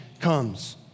comes